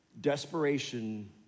Desperation